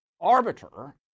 arbiter